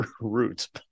roots